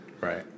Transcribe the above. Right